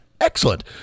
excellent